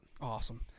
Awesome